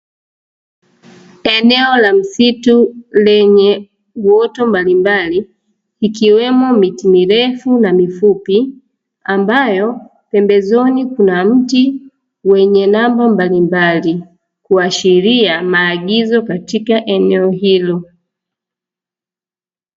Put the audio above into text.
Eneo la msitu lenye uoto mbalimbali ikiwemo miti mirefu na mifupi ambayo pembezoni kuna mti wenye nembo mbalimbali kuashiria maagizo katika eneo hilo.